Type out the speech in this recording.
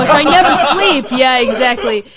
i never sleep. yeah, exactly.